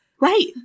Right